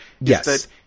Yes